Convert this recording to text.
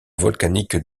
volcanique